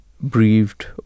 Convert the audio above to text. breathed